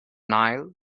nile